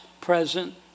present